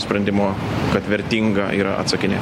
sprendimo kad vertinga yra atsakinėt